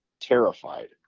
Terrified